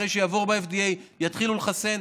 אחרי שזה יעבור ב-FDA יתחילו לחסן.